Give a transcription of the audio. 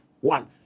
one